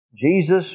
Jesus